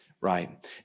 Right